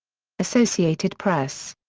associated press.